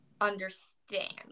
understand